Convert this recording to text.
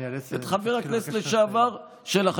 את חבר הכנסת לשעבר שלח.